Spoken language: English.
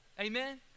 Amen